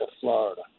Florida